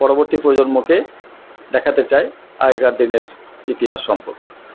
পরবর্তী প্রজন্মকে দেখাতে চায় আগেকার দিনের ইতিহাস সম্পর্কে